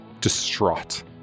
Distraught